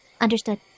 Understood